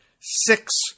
six